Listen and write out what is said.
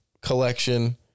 collection